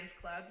Club